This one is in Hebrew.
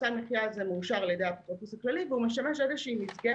סל המחיה הזה מאושר על ידי האפוטרופוס הכללי והוא משמש איזו מסגרת